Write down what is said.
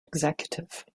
executive